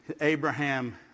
Abraham